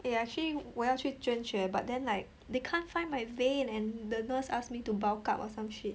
eh actually 我要去捐血 but then like they can't find my vein and the nurse ask me to bulk up or some shit